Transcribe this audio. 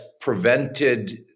prevented